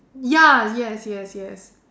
ya yes yes yes